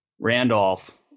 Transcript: Randolph –